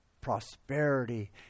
prosperity